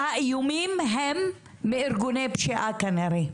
והאיומים הם מארגוני פשיעה, כנראה.